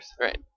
Right